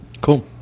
Cool